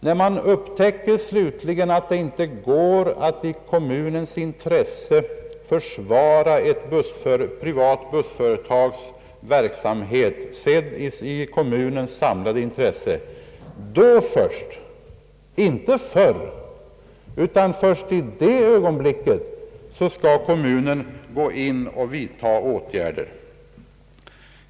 Först i det ögonblick, inte förr, då man upptäcker att det inte är möjligt att i kommunens intresse försvara ett privat bussföretags verksamhet, sedd ur kommunens samlade intresse, skall kommunen träda in och vidta åtgärder.